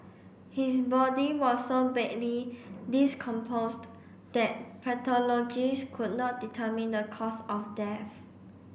his body was so badly that pathologists could not determine the cause of death